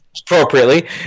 appropriately